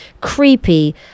creepy